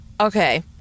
okay